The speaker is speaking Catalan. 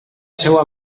seua